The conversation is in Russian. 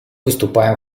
выступаем